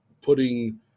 putting –